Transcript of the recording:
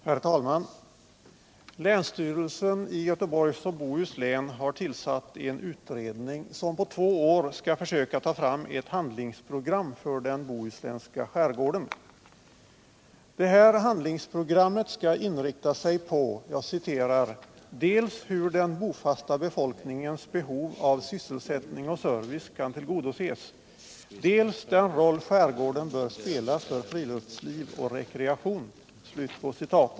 Herr talman! Länsstyrelsen i Göteborgs och Bohus län har tillsatt en utredning som på två år skall försöka ta fram ett handlingsprogram för den bohuslänska skärgården. Detta handlingsprogram skall inrikta sig på ”dels hur den bofasta befolkningens behov av sysselsättning och service kan tillgodoses, dels den roll skärgården bör spela för friluftsliv och rekreation”.